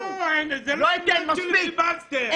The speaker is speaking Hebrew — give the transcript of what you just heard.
זה לא עניין של פיליבסטר.